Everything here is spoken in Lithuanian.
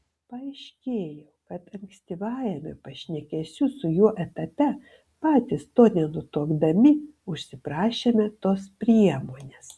paaiškėjo kad ankstyvajame pašnekesių su juo etape patys to nenutuokdami užsiprašėme tos priemonės